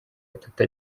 batatu